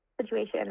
situation